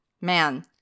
Man